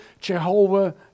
Jehovah